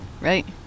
Right